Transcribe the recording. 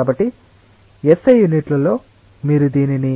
కాబట్టి SI యూనిట్లలో మీరు దీనిని